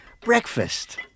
Breakfast